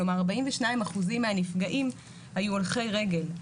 כלומר 42% מהנפגעים היו הולכי רגל,